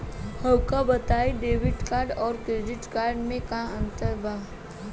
हमका बताई debit card और क्रेडिट कार्ड में का अंतर बा?